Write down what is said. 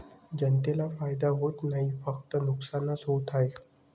जनतेला फायदा होत नाही, फक्त नुकसानच होत आहे